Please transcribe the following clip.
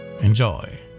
Enjoy